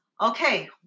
okay